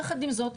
יחד עם זאת,